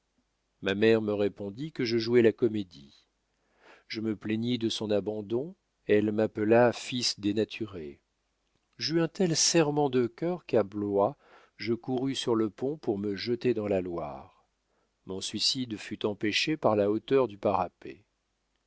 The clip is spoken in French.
ma mère me répondit que je jouais la comédie je me plaignis de son abandon elle m'appela fils dénaturé j'eus un tel serrement de cœur qu'à blois je courus sur le pont pour me jeter dans la loire mon suicide fut empêché par la hauteur du parapet